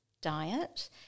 diet